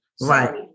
right